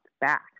back